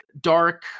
dark